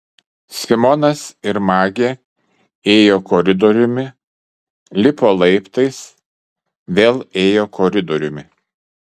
simonas ir magė ėjo koridoriumi lipo laiptais vėl ėjo koridoriumi